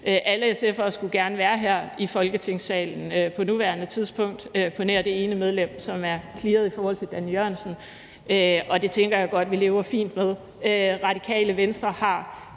Alle SF'ere skulle gerne være her i Folketingssalen på nuværende tidspunkt på nær det ene medlem, som er clearet i forhold til ministeren for global klimapolitik, og det tænker jeg vi lever fint med. Radikale Venstre har